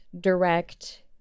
direct